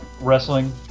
wrestling